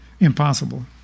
impossible